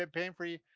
and pain-free.